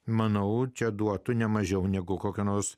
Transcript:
manau čia duotų ne mažiau negu kokia nors